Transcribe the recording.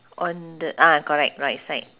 on the ah correct right side